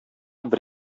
бер